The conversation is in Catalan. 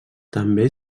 també